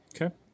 Okay